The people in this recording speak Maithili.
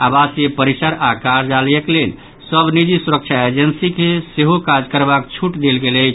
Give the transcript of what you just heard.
आवासीय परिसर आओर कार्यालयक लेल सभ निजी सुरक्षा एजेसी के सेहो काज करबाक छूट देल गेल अछि